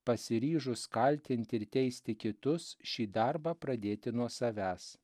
pasiryžus kaltinti ir teisti kitus šį darbą pradėti nuo savęs